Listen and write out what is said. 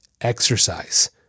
Exercise